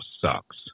sucks